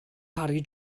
parry